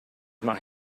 mache